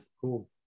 cool